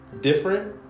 different